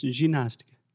ginástica